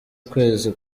ukwezi